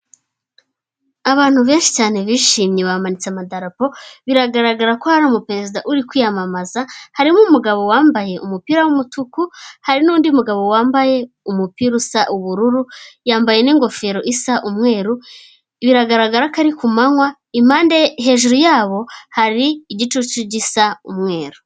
Abantu benshi cyane bishimye bamanitse amadarapo biragaragara ko hari umuperezida uri kwiyamamaza, harimo umugabo wambaye umupira w'umutuku, hari n'undi mugabo wambaye umupira usa ubururu, yambaye n'ingofero isa umweru, biragaragara ko ari ku manywa impande hejuru yabo hari igicucu gisa umweru.